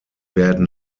werden